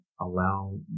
allow